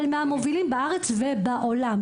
אבל מהמובילים בארץ ובעולם,